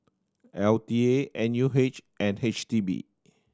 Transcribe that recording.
L T A N U H and H D B